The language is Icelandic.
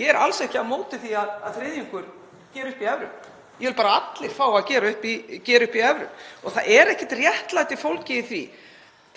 Ég er alls ekki á móti því að þriðjungur geri upp í evrum. Ég vil bara að allir fái að gera upp í evrum. Það er ekkert réttlæti fólgið í því,